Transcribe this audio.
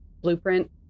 blueprint